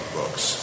books